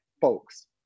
folks